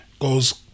goes